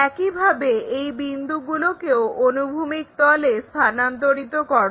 একইভাবে এই বিন্দুগুলোকেও অনুভূমিক তলে স্থানান্তরিত করো